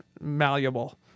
malleable